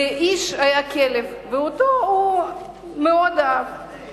לאיש היה כלב והוא מאוד אהב אותו.